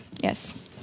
Yes